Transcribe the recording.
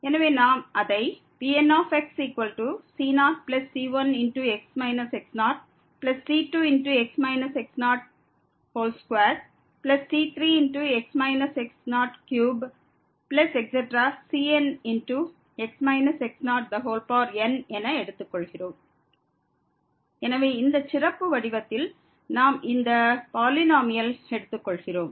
எனவே நாம் அதை Pnxc0c1x x0c2x x02c3x x03cnx x0n என எடுத்துக்கொள்கிறோம் எனவே இந்த சிறப்பு வடிவத்தில் நாம் இந்த பாலினோமியலை எடுத்துக் கொள்கிறோம்